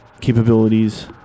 capabilities